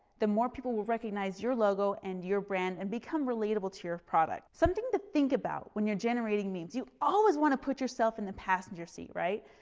the more people will recognize your logo and your brand and become relatable to your product. something to think about when you're generating memes, you always want to put yourself in the passenger seat, right?